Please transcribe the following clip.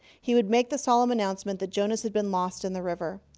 he would make the solemn announcement that jonas had been lost in the river.